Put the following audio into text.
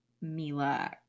Mila